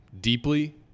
deeply